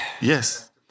Yes